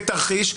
כתרחיש,